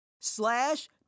slash